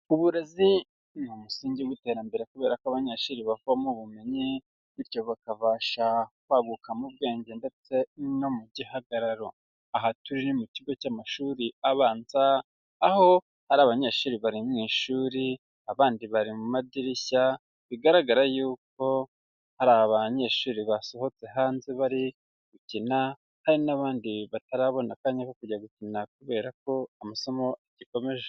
Uburezi ni umusingi w'iterambere kubera ko abanyeshuri bavoma ubumenyi, bityo bakabasha kwagukamo ubwenge ndetse no mu gihagararo, aha turi mu kigo cy'amashuri abanza aho hari abanyeshuri bari mu ishuri, abandi bari mu madirishya bigaragara yuko hari abanyeshuri basohotse hanze bari gukina, hari n'abandi batarabona akanya ko kujya gukina kubera ko amasomo agikomeje.